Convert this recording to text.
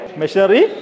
machinery